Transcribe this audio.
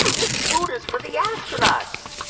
this food is for the astronauts